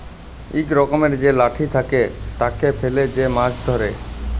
ইক রকমের যে লাঠি থাকে, তাকে ফেলে যে মাছ ধ্যরে